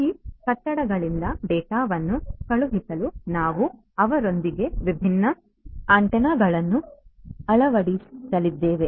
ಆದ್ದರಿಂದ ಈ ಕಟ್ಟಡಗಳಿಂದ ಡೇಟಾವನ್ನು ಕಳುಹಿಸಲು ನಾವು ಅವರೊಂದಿಗೆ ವಿಭಿನ್ನ ಆಂಟೆನಾಗಳನ್ನು ಅಳವಡಿಸಲಿದ್ದೇವೆ